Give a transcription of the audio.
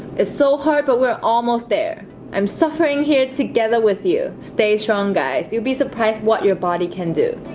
ah so hard, but we're almost there i'm suffering here together with you stay strong guys you'd be surprised what your body can do